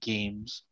Games